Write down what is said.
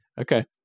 Okay